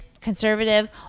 conservative